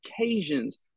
occasions